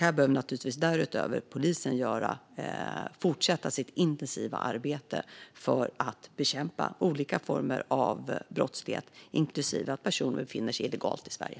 Därutöver behöver polisen fortsätta sitt intensiva arbete för att bekämpa olika former av brottslighet, inklusive att personer befinner sig illegalt i Sverige.